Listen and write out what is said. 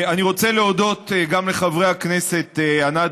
אני רוצה להודות גם לחברי הכנסת ענת